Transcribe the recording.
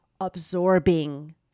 absorbing